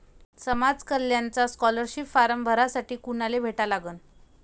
समाज कल्याणचा scholarship form भरासाठी कुनाले भेटा लागन?